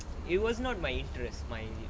it was not my interest mine